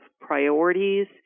priorities